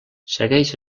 segueix